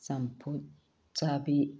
ꯆꯝꯐꯨꯠ ꯆꯥꯕꯤ